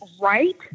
Right